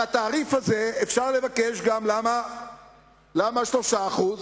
על התעריף הזה אפשר לבקש, למה 3%?